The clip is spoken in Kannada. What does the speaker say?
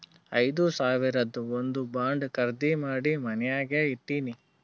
ಐದು ಸಾವಿರದು ಒಂದ್ ಬಾಂಡ್ ಖರ್ದಿ ಮಾಡಿ ಮನ್ಯಾಗೆ ಇಟ್ಟಿನಿ